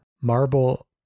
Marble